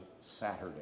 Saturday